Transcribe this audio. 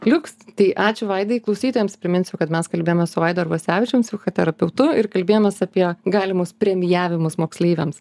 liuks tai ačiū vaidai klausytojams priminsiu kad mes kalbėjome su vaidu arvasevičium psichoterapeutu ir kalbėjomės apie galimus premijavimus moksleiviams